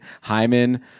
Hyman